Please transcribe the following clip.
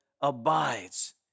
abides